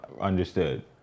understood